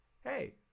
hey